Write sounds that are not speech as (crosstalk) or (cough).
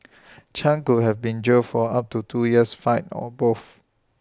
(noise) chan could have been jailed up to two years fined or both